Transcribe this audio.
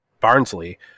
Barnsley